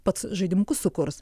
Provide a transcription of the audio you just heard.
pats žaidimukus sukurs